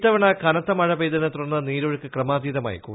ഇത്തവണ കനത്ത മഴ പെയ്തതിനെ തുടർന്ന് നീരൊഴുക്ക് ക്രമാതീതമായി കൂടി